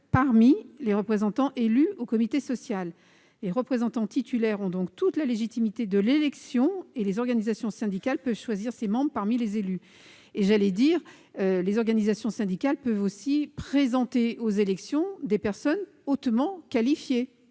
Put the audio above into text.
parmi les représentants élus au comité social. Les représentants titulaires ont donc toute la légitimité de l'élection, et les organisations syndicales peuvent les choisir parmi les élus ; elles peuvent aussi présenter aux élections des personnes hautement qualifiées,